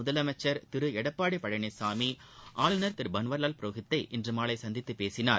முதலமைச்சர் திரு எடப்பாடி பழனிசாமி ஆளுநர் திரு பன்வாரிலால் புரோஹித்தை இன்று மாலை சந்தித்து பேசினார்